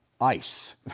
ice